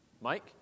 Mike